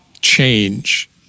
change